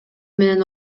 менен